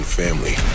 family